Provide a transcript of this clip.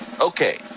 Okay